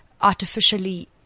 artificially